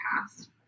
past